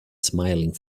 smiling